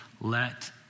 Let